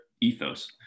ethos